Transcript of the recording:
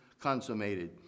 consummated